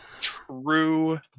True